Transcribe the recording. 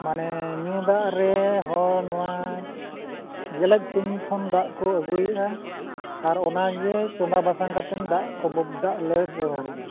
ᱢᱟᱱᱮ ᱧᱩ ᱫᱟᱜ ᱨᱮ ᱦᱚᱲ ᱱᱚᱣᱟ ᱧᱮᱞᱮᱫ ᱠᱩᱧ ᱠᱷᱚᱱ ᱫᱟᱜ ᱠᱚ ᱟᱹᱜᱩᱭᱮᱫᱼᱟ ᱟᱨ ᱚᱱᱟᱜᱮ ᱪᱚᱸᱫᱟ ᱵᱟᱥᱟᱝ ᱠᱟᱛᱮᱱ ᱫᱟᱜ ᱟᱹᱵᱩᱠ ᱫᱟᱜ ᱞᱮ ᱵᱮᱣᱦᱟᱨᱮᱜᱼᱟ